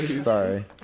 Sorry